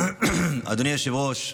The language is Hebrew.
אדוני היושב-ראש,